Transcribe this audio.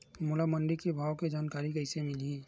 मोला मंडी के भाव के जानकारी कइसे मिलही?